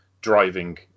driving